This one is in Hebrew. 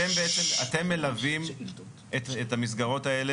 אתם מלווים את המסגרות האלה